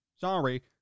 Sorry